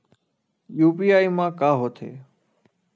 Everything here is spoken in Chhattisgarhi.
यू.पी.आई मा का होथे?